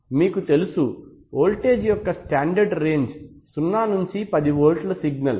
మీకు తెలుసు వోల్టేజి యొక్క స్టాండర్డ్ రేంజ్ 0 10 వోల్ట్ సిగ్నల్